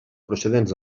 procedents